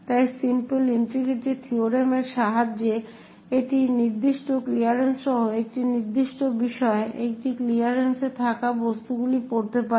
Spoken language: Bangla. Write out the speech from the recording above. তাই সিম্পল ইন্টিগ্রিটি থিওরেম এর সাহায্যে একটি নির্দিষ্ট ক্লিয়ারেন্স সহ একটি নির্দিষ্ট বিষয় একটি ক্লিয়ারেন্সে থাকা বস্তুগুলি পড়তে পারে